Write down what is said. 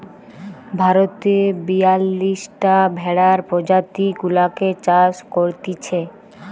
ভারতে বিয়াল্লিশটা ভেড়ার প্রজাতি গুলাকে চাষ করতিছে